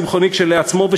הצמחוני כשלעצמו,